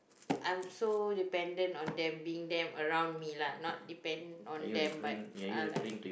I'm so dependent on them being them around me lah not depend on them but ah like